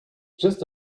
just